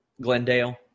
Glendale